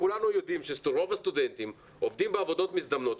כולנו יודעים שרוב הסטודנטים עובדים בעבודות מזדמנות,